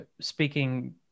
speaking